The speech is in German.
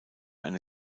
eine